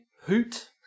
hoot